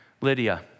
Lydia